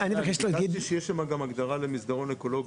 אני מבקש להגיד --- אני הבנתי שיש שם גם הגדרה למסדרון אקולוגי.